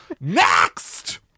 Next